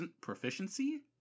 proficiency